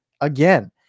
Again